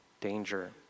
danger